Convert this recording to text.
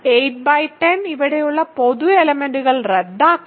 810 ഇവിടെയുള്ള പൊതു എലെമെന്റ്സ്കൾ റദ്ദാക്കാം